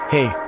Hey